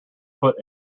put